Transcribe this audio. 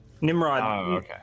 Nimrod